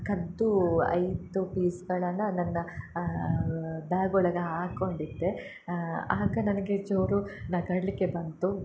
ಕದ್ದು ಐದು ಪೀಸ್ಗಳನ್ನ ನನ್ನ ಬ್ಯಾಗ್ ಒಳಗೆ ಹಾಕೊಂಡಿದ್ದೆ ಆಗ ನನಗೆ ಜೋರು ನಗಾಡಲಿಕ್ಕೆ ಬಂತು